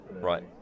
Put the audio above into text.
right